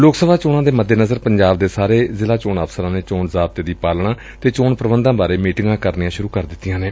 ਲੋਕ ਸਭਾ ਚੋਣਾਂ ਦੇ ਮੱਦੇਨਜ਼ਰ ਪੰਜਾਬ ਦੇ ਸਾਰੇ ਜ਼ਿਲ੍ਹਾ ਚੋਣ ਅਫ਼ਸਰਾਂ ਨੇ ਚੋਣ ਜ਼ਾਬਤੇ ਦੀ ਪਾਲਣਾ ਅਤੇ ਚੋਣ ਪ੍ਰੰਧਾਂ ਬਾਰੇ ਮੀਟਿੰਗਾਂ ਕਰਨੀਆਂ ਸੁਰੂ ਕਰ ਦਿੱਤੀਆਂ ਨੇ